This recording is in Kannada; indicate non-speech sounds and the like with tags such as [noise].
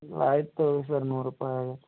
ಆಯ್ತು ತಗೋರಿ ಸರ್ ನೂರು ರೂಪಾಯಿ [unintelligible]